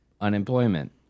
unemployment